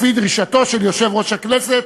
לפי דרישתו של יושב-ראש הכנסת,